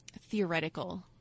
theoretical